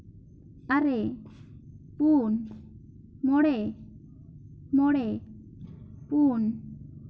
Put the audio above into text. ᱟᱨᱮ ᱯᱩᱱ ᱢᱚᱬᱮ ᱢᱚᱬᱮ ᱯᱩᱱ